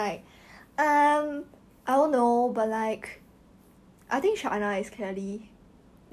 ya lah since when your sister talk nice things about you is confirm want to disturb you all that mah